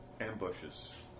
Ambushes